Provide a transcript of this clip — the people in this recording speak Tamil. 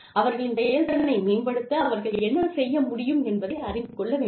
அவர்களின் செயல்திறனை மேம்படுத்த அவர்கள் என்ன செய்ய முடியும் என்பதை அறிந்து கொள்ள வேண்டும்